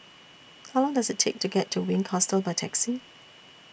How Long Does IT Take to get to Wink Hostel By Taxi